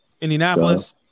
Indianapolis